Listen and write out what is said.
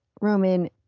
Roman